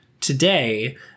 today